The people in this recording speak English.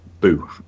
boo